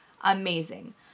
Amazing